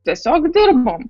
tiesiog dirbom